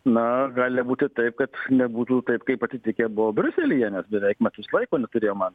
na gali būti taip kad nebūtų taip kaip atsitikę buvo briuselyje nes beveik metus laiko neturėjom